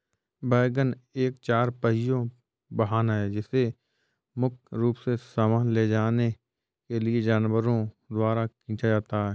wagon एक चार पहिया वाहन है जिसे मुख्य रूप से सामान ले जाने के लिए जानवरों द्वारा खींचा जाता है